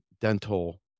dental